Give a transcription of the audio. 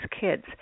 kids